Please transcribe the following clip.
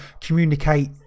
communicate